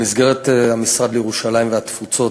במסגרת המשרד לענייני ירושלים והתפוצות